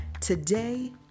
today